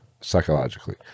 psychologically